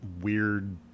weird